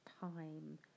time